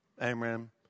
Amram